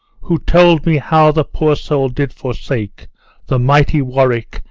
who told me how the poor soul did forsake the mighty warwick,